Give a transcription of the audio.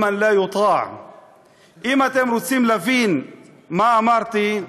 עמדתו של מי שלא מצייתים לו".) אם אתם רוצים להבין מה אמרתי,